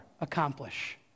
accomplish